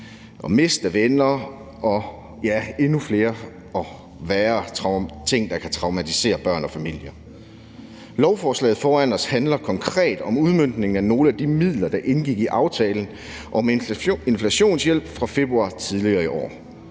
at miste venner og, ja, endnu flere og værre ting, der kan traumatisere børn og familie. Lovforslaget foran os handler konkret om udmøntning af nogle af de midler, der indgik i aftalen om inflationshjælp fra februar tidligere i år.